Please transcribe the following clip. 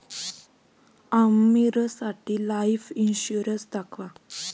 आमीरसाठी life insurance दाखवा